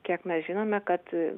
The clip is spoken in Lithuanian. kiek mes žinome kad a